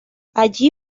allí